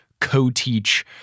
co-teach